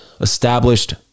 established